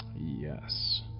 Yes